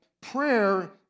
prayer